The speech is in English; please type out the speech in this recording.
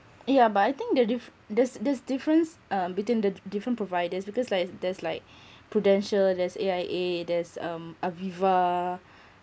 yeah but I think the diff~ there's there's difference um between the different providers because like it's there's like prudential there's A_I_A there's um aviva